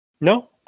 No